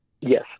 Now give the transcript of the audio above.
Yes